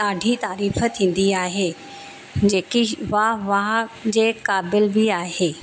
ॾाढी तारीफ़ थींदी आहे जेकी वाह वाह जे क़ाबिल बि आहे